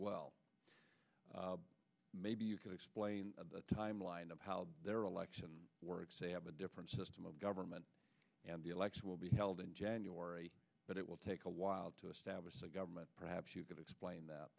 well maybe you could explain the timeline of how their election works i have a different system of government and the election will be held in january but it will take a while to establish a government perhaps you could explain that